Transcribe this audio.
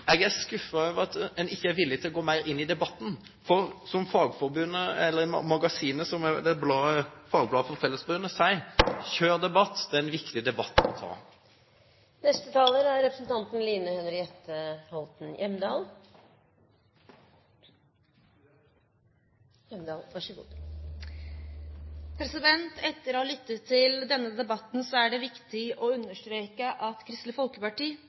Jeg er skuffet over at en ikke er villig til å gå mer inn i debatten, for som Magasinet, fagbladet til Fellesforbundet, sier: «Kjør debatt!» Det er en viktig debatt å ta. Etter å ha lyttet til denne debatten er det viktig